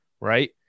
Right